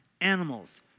animals